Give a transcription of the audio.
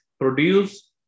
produce